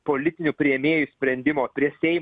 politinių priėmėjų sprendimo prie seimo